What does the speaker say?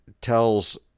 tells